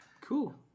Cool